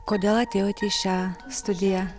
kodėl atėjot į šią studiją